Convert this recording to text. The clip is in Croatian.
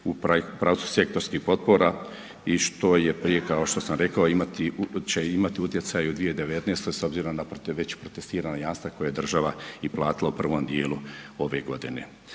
u pravcu sektorskih potpora i što je prije kao što sam rekao će imati utjecaj u 2019. s obzirom na već protestiran jamstva koje je država i platila u prvom djelu ove godine.